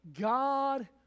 God